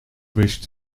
wish